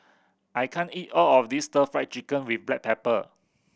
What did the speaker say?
I can't eat all of this Stir Fried Chicken with black pepper